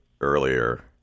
earlier